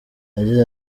yagize